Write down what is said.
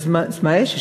מה יש?